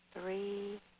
three